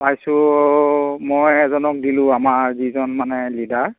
পাইছোঁ মই এজনক দিলোঁ আমাৰ যিজন মানে লিডাৰ